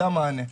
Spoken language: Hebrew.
זה המענה.